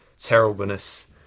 terribleness